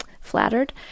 flattered